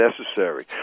necessary